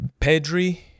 Pedri